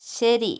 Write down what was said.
ശരി